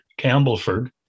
Campbellford